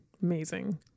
amazing